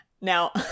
Now